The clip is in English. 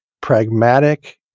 pragmatic